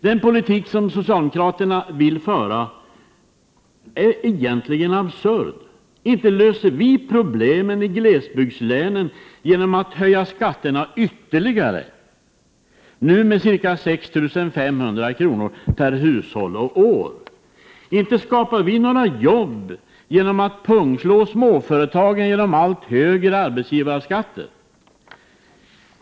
Den politik som socialdemokraterna vill föra är egentligen absurd. Inte löser vi problemen i glesbygdslänen genom att höja skatterna ytterligare-nu Prot. 1988/89:110 med ca 6 500 kr. per hushåll och år. Inte skapar vi några jobb genom att 9 maj 1989 pungslå småföretagen med allt högre arbetsgivarskatter.